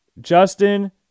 Justin